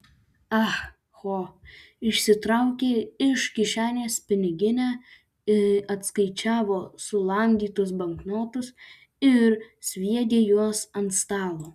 ah ho išsitraukė iš kišenės piniginę atskaičiavo sulamdytus banknotus ir sviedė juos ant stalo